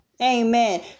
Amen